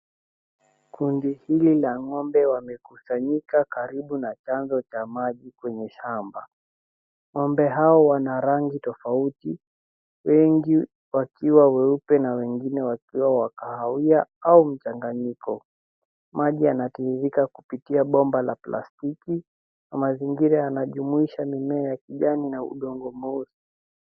Kundi hili la ng'ombe wamekusanyika karibu na chanzo cha maji kwenye shamba. Ng'ombe hawa wana rangi tofauti, wengi wakiwa weupe na wengine wakiwa kahawia au mchanganyiko. Maji yanatiririka kupitia bomba la plastiki na mazingira yanajumuisha mimea ya kijani ya udongo mweusi.